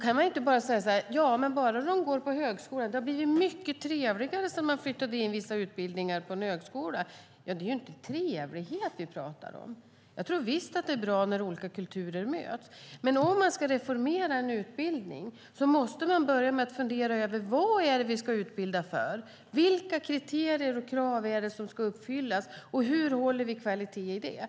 Man kan inte säga så här: Bara de går på högskolan blir det bra - det har blivit mycket trevligare sedan man flyttade in vissa utbildningar på en högskola! Det är inte trevlighet vi talar om. Jag tror visst att det är bra när olika kulturer möts. Men om man ska reformera en utbildning måste man börja med att fundera över vad det är vi ska utbilda för. Vilka kriterier och krav är det som ska uppfyllas? Och hur håller vi kvalitet i det?